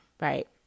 right